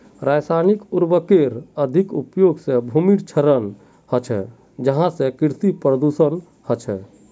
रासायनिक उर्वरकेर अत्यधिक उपयोग से भूमिर क्षरण ह छे जहासे कृषि प्रदूषण ह छे